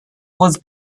was